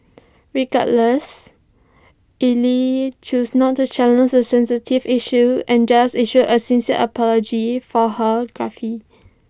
regardless Ell choose not to challenge the sensitive issue and just issued A sincere apology for her gaffe